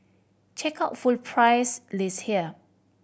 check out full price list here